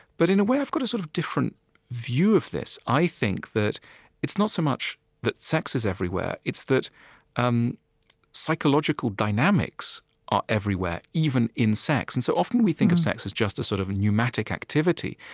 but in a way, i've got a sort of different view of this. i think that it's not so much that sex is everywhere it's that um psychological dynamics are everywhere, even in sex. and so often, we think of sex as just a sort of pneumatic activity,